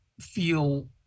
feel